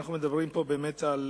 אנחנו מדברים פה על זינוק